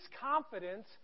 confidence